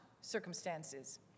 circumstances